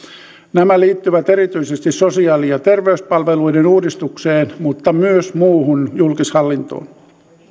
nämä liittyvät erityisesti sosiaali ja terveyspalveluiden uudistukseen mutta myös muuhun julkishallintoon